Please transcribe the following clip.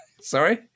Sorry